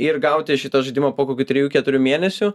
ir gauti šitą žaidimą po kokių trijų keturių mėnesių